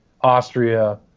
Austria